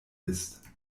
ist